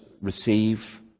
receive